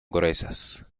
gruesas